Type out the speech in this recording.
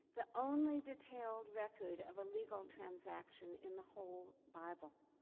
the only detailed record of a legal transaction in the whole bible.